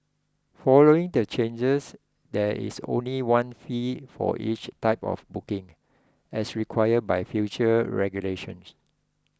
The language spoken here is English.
following the changes there is only one fee for each type of booking as required by future regulations